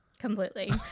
Completely